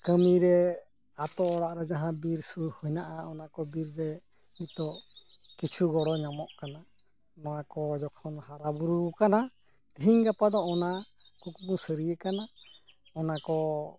ᱠᱟᱹᱢᱤᱨᱮ ᱟᱹᱛᱩ ᱚᱲᱟᱜᱨᱮ ᱡᱟᱦᱟᱸ ᱵᱤᱨ ᱥᱩᱨ ᱦᱮᱱᱟᱜᱼᱟ ᱚᱱᱟ ᱠᱚ ᱵᱤᱨ ᱨᱮ ᱱᱤᱛᱚᱜ ᱠᱤᱪᱷᱩ ᱜᱚᱲᱚ ᱧᱟᱢᱚᱜ ᱠᱟᱱᱟ ᱱᱚᱣᱟ ᱠᱚ ᱡᱚᱠᱷᱚᱱ ᱦᱟᱨᱟ ᱵᱩᱨᱩ ᱟᱠᱟᱱᱟ ᱛᱮᱦᱤᱧ ᱜᱟᱯᱟ ᱫᱚ ᱚᱱᱟ ᱠᱩᱠᱢᱩ ᱥᱟᱨᱤᱭᱟᱠᱟᱱᱟ ᱚᱱᱟ ᱠᱚ